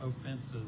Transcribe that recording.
offenses